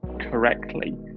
correctly